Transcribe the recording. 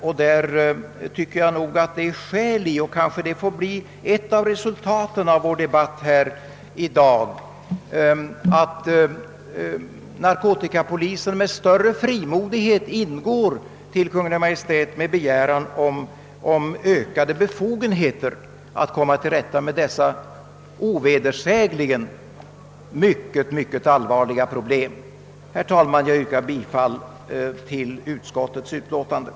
Därför tycker jag nog — och det kanske får bli ett av resultaten av vår debatt här i dag — att det finns skäl för narkotikapolisen att med större frimodighet ingå till Kungl. Maj:t med begäran om ökade befogenheter att komma till rätta med dessa ovedersägligen synnerligen allvarliga problem. Herr talman! Jag yrkar bifall till utskottets hemställan.